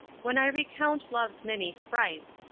when i recount love's many frights,